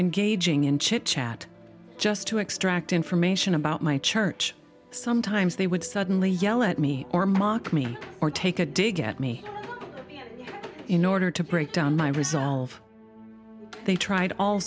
engaging in chit chat just to extract information about my church sometimes they would suddenly yell at me or mock me or take a dig at me in order to break down my resolve they tried all